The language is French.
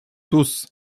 tous